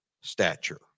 stature